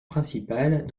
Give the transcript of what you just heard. principale